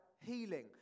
healing